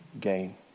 gain